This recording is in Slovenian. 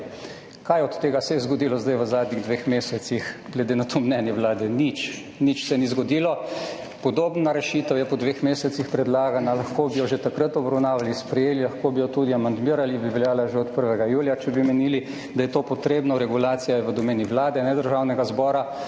Kaj od tega se je zgodilo zdaj v zadnjih dveh mesecih, glede na to mnenje vlade? Nič. Nič se ni zgodilo. Podobna rešitev je predlagana po dveh mesecih. Lahko bi jo že takrat obravnavali, sprejeli, lahko bi jo tudi amandmirali, bi veljala že od 1. julija, če bi menili, da je to potrebno. Regulacija je v domeni Vlade, ne Državnega zbora.